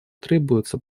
требуются